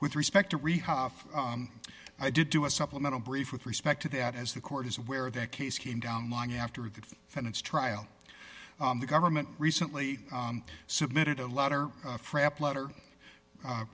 with respect to rehab i did do a supplemental brief with respect to that as the court is aware that case came down long after the finance trial the government recently submitted a letter